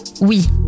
Oui